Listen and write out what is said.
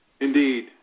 Indeed